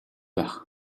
байх